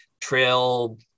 trail